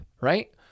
Right